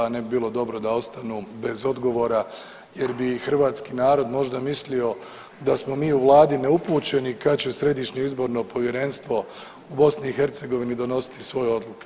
Ne bi bilo dobro da ostanu bez odgovora, jer bi hrvatski narod možda mislio da smo mi u Vladi neupućeni kad će središnje izborno povjerenstvo u BiH donositi svoje odluke.